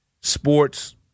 sports